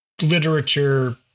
literature